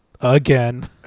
again